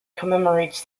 commemorates